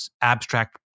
abstract